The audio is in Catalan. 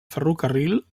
ferrocarril